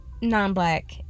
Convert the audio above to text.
non-black